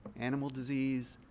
animal disease,